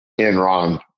Enron